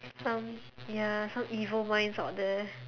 some ya some evils minds or this